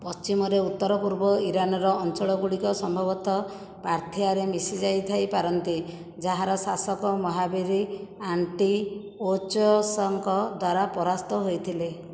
ପଶ୍ଚିମରେ ଉତ୍ତର ପୂର୍ବ ଇରାନର ଅଞ୍ଚଳ ଗୁଡ଼ିକ ସମ୍ଭବତଃ ପାର୍ଥିଆରେ ମିଶିଯାଇ ଥାଇପାରନ୍ତି ଯାହାର ଶାସକ ମହାବୀର ଆଣ୍ଟିଓଚସ୍ଙ୍କ ଦ୍ୱାରା ପରାସ୍ତ ହୋଇଥିଲେ